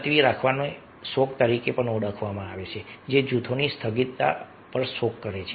મુલતવી રાખવાને શોક તરીકે પણ ઓળખવામાં આવે છે જે જૂથની સ્થગિતતા પર શોક કરે છે